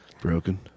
broken